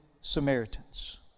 samaritans